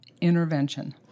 intervention